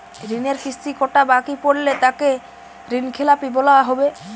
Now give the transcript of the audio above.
ঋণের কিস্তি কটা বাকি পড়লে তাকে ঋণখেলাপি বলা হবে?